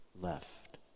left